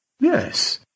Yes